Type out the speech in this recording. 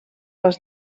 les